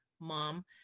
Mom